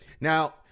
Now